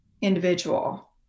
individual